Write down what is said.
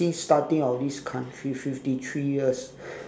since starting of this country fifty three years